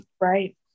right